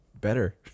better